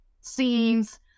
scenes